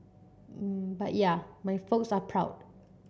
but yeah my folks are proud